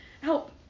help